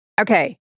Okay